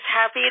happy